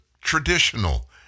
traditional